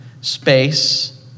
space